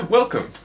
Welcome